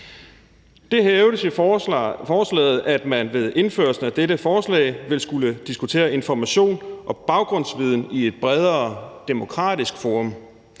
Det hævdes i forslaget, at man med indførelsen af dette forslag vil skulle diskutere information og baggrundsviden i et bredere demokratisk forum